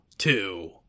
two